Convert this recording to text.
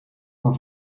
maar